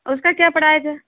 اس کا کیا پڑائز ہے